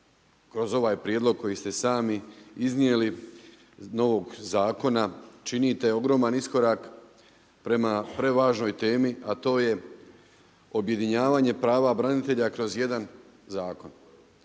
kroz ovaj prijedlog koji ste i sami iznijeli novog zakona, činite ogroman iskorak prema prevažnoj temi, a to je objedinjavanje prava branitelja kroz jedan zakon.